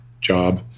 job